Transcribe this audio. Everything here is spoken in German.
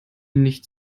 nichts